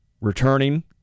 returning